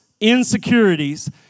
insecurities